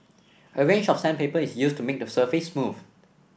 a range of sandpaper is used to make the surface smooth